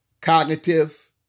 cognitive